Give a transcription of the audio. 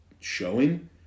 showing